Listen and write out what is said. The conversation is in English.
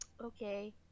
okay